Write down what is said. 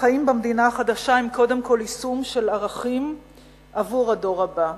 החיים במדינה החדשה הם קודם כול יישום של ערכים עבור הדור הבא.